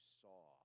saw